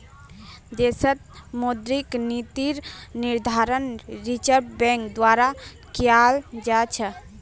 देशत मौद्रिक नीतिर निर्धारण रिज़र्व बैंक द्वारा कियाल जा छ